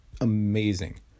amazing